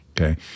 okay